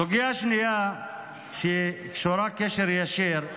סוגיה שנייה שקשורה קשר ישיר,